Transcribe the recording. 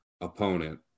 opponent